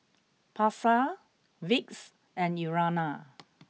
Pasar Vicks and Urana